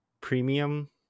premium